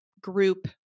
group